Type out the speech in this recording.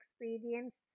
experience